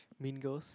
mingles